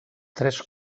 tres